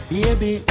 Baby